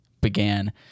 began